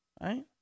right